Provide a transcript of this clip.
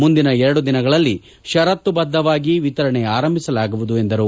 ಮುಂದಿನ ಎರಡು ದಿನಗಳಲ್ಲಿ ಷರತ್ತುಬದ್ದವಾಗಿ ವಿತರಣೆ ಆರಂಭಿಸಲಾಗುವುದು ಎಂದರು